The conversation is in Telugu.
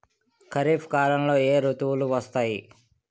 ఖరిఫ్ కాలంలో ఏ ఋతువులు వస్తాయి?